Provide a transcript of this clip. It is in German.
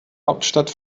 hauptstadt